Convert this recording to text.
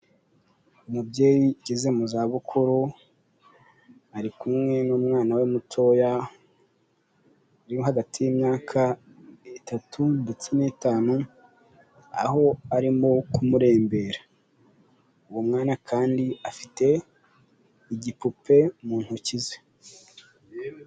Umubyeyi ageze mu za bukuru, ari kumwe n'umwana we mutoya uri hagati y'imyaka itatu ndetse n'itanu, aho arimo kumurembera. Uwo mwana kandi afite igipupe mu ntoki ze.